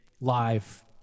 live